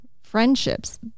friendships